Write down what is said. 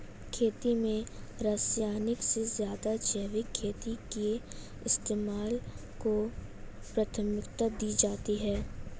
खेती में रासायनिक से ज़्यादा जैविक खेती के इस्तेमाल को प्राथमिकता दी जाती है